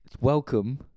Welcome